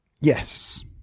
Yes